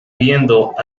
viendo